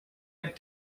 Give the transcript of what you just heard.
app